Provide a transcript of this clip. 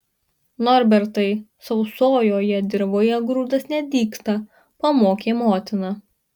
norbertai sausojoje dirvoje grūdas nedygsta pamokė motina